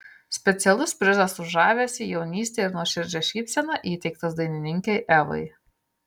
specialus prizas už žavesį jaunystę ir nuoširdžią šypseną įteiktas dainininkei evai